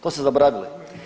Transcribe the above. To ste zaboravili.